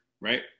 right